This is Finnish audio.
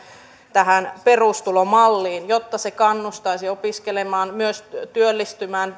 tähän perustulomalliin jotta se kannustaisi opiskelemaan myös työllistymään